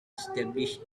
establish